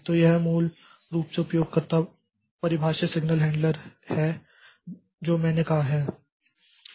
तो यह मूल रूप से उपयोगकर्ता परिभाषित सिग्नल हैंडलर है जो मैंने कहा है